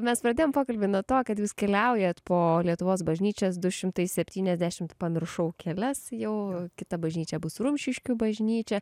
mes pradėjom pokalbį nuo to kad jūs keliaujat po lietuvos bažnyčias du šimtai sepyniasdešimt pamiršau kelias jau kitą bažnyčią bus rumšiškių bažnyčia